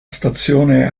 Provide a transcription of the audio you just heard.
stazione